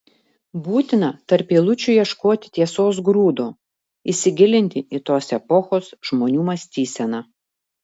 būtina tarp eilučių ieškoti tiesos grūdo įsigilinti į tos epochos žmonių mąstyseną